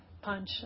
punch